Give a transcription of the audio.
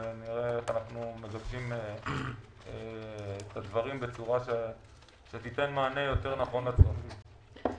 ונראה איך אנחנו מבצעים את הדברים בצורה שתיתן מענה נכון יותר לצרכים.